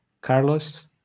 Carlos